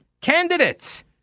candidates